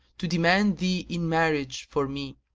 to demand thee in marriage for me,